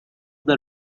the